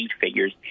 figures